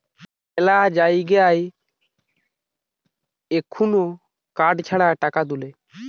মেলা জায়গায় এখুন কার্ড ছাড়া টাকা তুলে